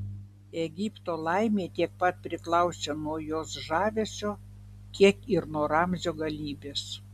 egipto laimė tiek pat priklausė nuo jos žavesio kiek ir nuo ramzio galybės